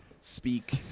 speak